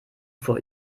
vor